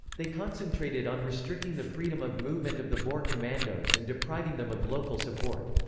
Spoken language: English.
they concentrated on restricting the freedom of movement of the boer commandos and depriving them of local support.